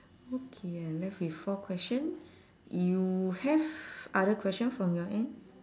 okay I left with four question you have other question from your end